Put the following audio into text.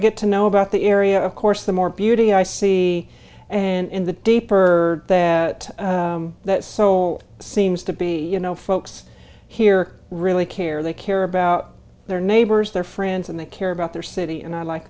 get to know about the area of course the more beauty i see and the deeper that that so seems to be you know folks here really care they care about their neighbors their friends and they care about their city and i like